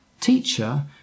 Teacher